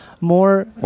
more